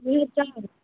हुँ तऽ